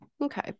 Okay